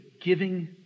giving